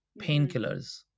painkillers